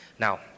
Now